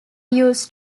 used